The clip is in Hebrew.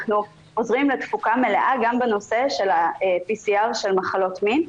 אנחנו חוזרים לתפוקה מלאה גם בנושא של ה-PCR של מחלות מין.